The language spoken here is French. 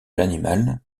l’animal